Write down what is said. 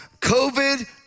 COVID